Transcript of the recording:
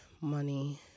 money